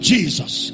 Jesus